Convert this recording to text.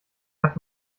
hat